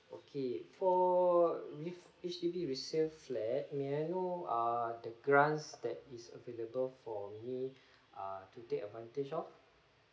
okay for re~ H_D_B resale flat may I know err the grants that is available for me ah to take advantage of